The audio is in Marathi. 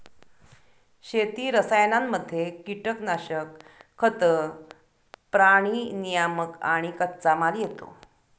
शेती रसायनांमध्ये कीटनाशक, खतं, प्राणी नियामक आणि कच्चामाल येतो